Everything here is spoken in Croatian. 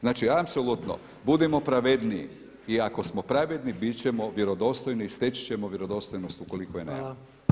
Znači apsolutno budimo pravedniji i ako smo pravedni bit ćemo vjerodostojni i steći ćemo vjerodostojnost ukoliko je nemamo.